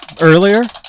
earlier